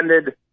ended